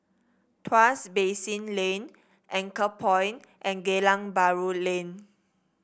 Tuas Basin Lane Anchorpoint and Geylang Bahru Lane